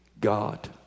God